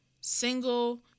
single